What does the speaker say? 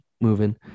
moving